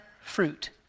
fruit